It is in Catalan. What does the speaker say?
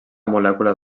molècula